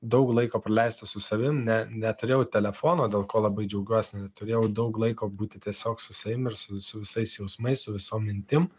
daug laiko praleista su savim ne neturėjau telefono dėl ko labai džiaugiuosi turėjau daug laiko būti tiesiog su savim ir su su visais jausmais su visom mintim